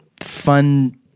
fun